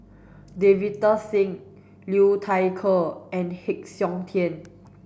Davinder Singh Liu Thai Ker and Heng Siok Tian